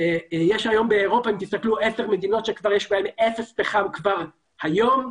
יש באירופה 10 מדינות שיש בהן אפס פחם כבר היום.